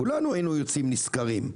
כולנו היינו יוצאים נשכרים.